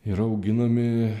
yra auginami